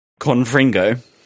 Confringo